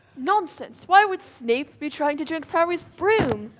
nonsense, why would snape be trying to jinx harry's broom?